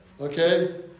okay